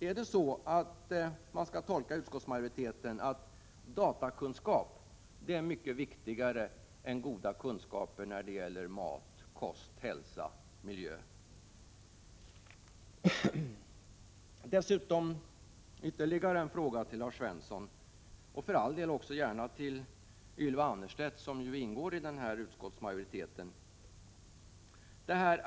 är: Skall man tolka utskottsmajoriteten så att datakunskap är mycket viktigare än goda kunskaper när det gäller mat, kost, hälsa och miljö? Jag vill dessutom ställa ytterligare en fråga till Lars Svensson och för all del också till Ylva Annerstedt, som ingår i utskottsmajoriteten.